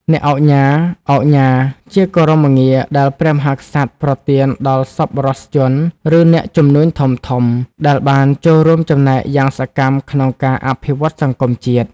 អ្នកឧកញ៉ា ឧកញ៉ា ជាគោរមងារដែលព្រះមហាក្សត្រប្រទានដល់សប្បុរសជន ឬអ្នកជំនួញធំៗ ដែលបានចូលរួមចំណែកយ៉ាងសកម្មក្នុងការអភិវឌ្ឍសង្គមជាតិ។